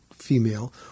female